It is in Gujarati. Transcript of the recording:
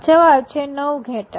જવાબ છે ૯ ઘેટાં